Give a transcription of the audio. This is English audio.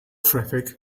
traffic